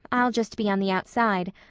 i'll just be on the outside.